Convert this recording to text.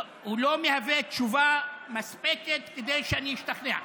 הוא לא מהווה תשובה מספקת כדי שאני אשתכנע.